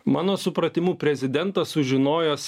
mano supratimu prezidentas sužinojęs